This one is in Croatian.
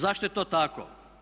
Zašto je to tako?